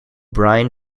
brian